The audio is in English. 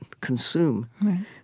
consume